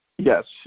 Yes